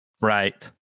Right